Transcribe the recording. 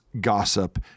gossip